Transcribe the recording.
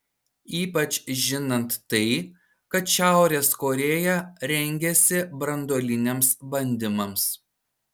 ypač žinant tai kad šiaurės korėja rengiasi branduoliniams bandymams